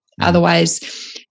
Otherwise